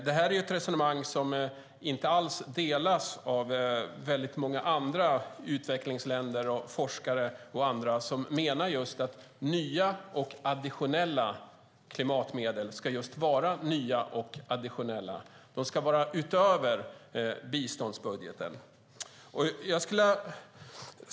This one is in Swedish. Det är ett resonemang som många utvecklingsländer, forskare och andra inte delar. De menar att nya och additionella medel ska vara just nya och additionella. Det ska vara utöver biståndsbudgeten.